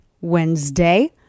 Wednesday